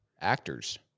actors